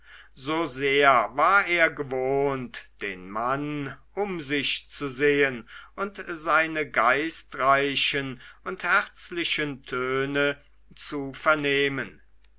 so sehr war er gewohnt den mann um sich zu sehen und seine geistreichen und herzlichen töne zu vernehmen